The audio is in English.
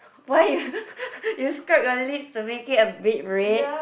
why you you scrub your lips to make it a bit red